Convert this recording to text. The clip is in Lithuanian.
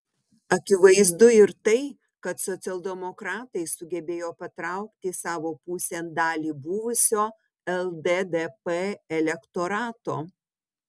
akivaizdu ir tai kad socialdemokratai sugebėjo patraukti savo pusėn dalį buvusio lddp elektorato